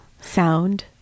Sound